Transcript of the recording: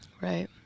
Right